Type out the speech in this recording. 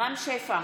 רם שפע,